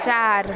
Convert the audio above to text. चार